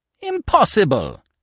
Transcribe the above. Impossible